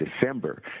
December